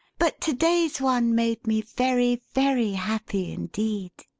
but to-day's one made me very, very happy indeed.